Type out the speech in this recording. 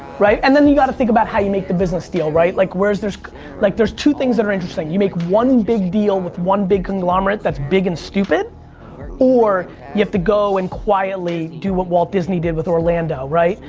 right? and then you got to think about how you make the business deal, right? like there's there's like two things that are interesting. you make one big deal with one big conglomerate that's big and stupid or or you have to go and quietly do what walt disney did with orlando, right?